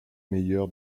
meilleur